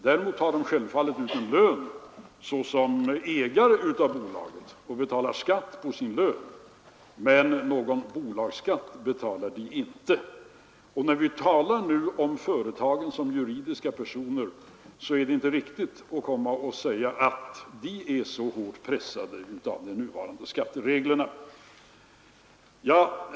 De tar självfallet ut en lön som ägare av bolaget och betalar skatt på den, men någon bolagsskatt betalar de inte. När vi nu talar om företagen som juridiska personer är det alltså inte riktigt att säga att de är så hårt pressade av de nuvarande skattereglerna.